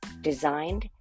designed